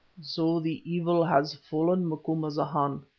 so the evil has fallen, macumazahn,